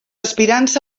aspirants